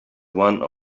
one